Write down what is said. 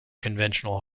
conventional